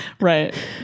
right